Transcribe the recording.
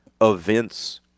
events